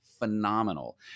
phenomenal